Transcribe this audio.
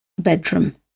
bedroom